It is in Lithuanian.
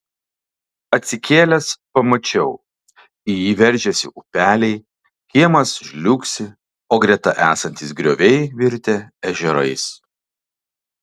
atsikėlęs pamačiau į jį veržiasi upeliai kiemas žliugsi o greta esantys grioviai virtę ežerais